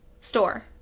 Store